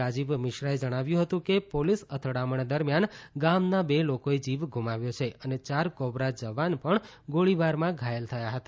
રાજીવ મિશ્રાએ જણાવ્યું હતું કે પોલીસ અથડામણ દરમિયાન ગામના બે લોકોએ જીવ ગુમાવ્યો છે અને યાર કોબ્રા જવાન પણ ગોળીબારમાં ઘાયલ થયા હતા